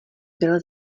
byl